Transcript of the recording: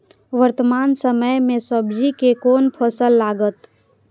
वर्तमान समय में सब्जी के कोन फसल लागत?